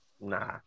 nah